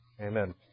Amen